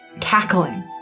cackling